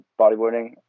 bodyboarding